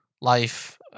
life